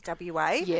WA